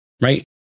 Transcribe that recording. right